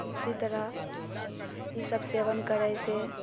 इसी तरह ई सब सेवन करैसँ